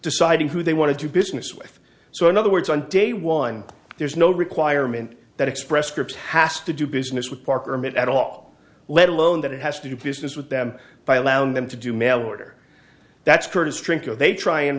deciding who they want to do business with so in other words on day one there is no requirement that express scripts has to do business with parker mint at all let alone that it has to do business with them by allowing them to do mail order that's pretty strict as they try and